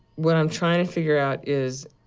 what i'm trying to figure out is.